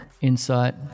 insight